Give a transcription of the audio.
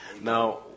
Now